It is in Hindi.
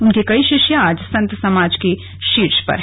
उनके कई शिष्य आज संत समाज के शीर्ष पर हैं